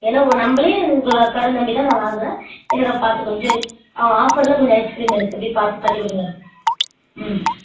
ஏன்னா உங்கள் நம்மளே உங்களை கடை நம்பி தான் நான் வாங்குகிறேன் எனக்கு பார்த்து கொஞ்சம் ஆ ஆஃபரில் கொஞ்சம் ஐஸ் கிரீம் எனக்கு அப்படியே பார்த்து பண்ணிக் கொடுங்க ம்